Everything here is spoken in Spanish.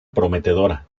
prometedora